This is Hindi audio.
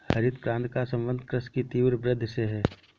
हरित क्रान्ति का सम्बन्ध कृषि की तीव्र वृद्धि से है